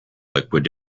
liquid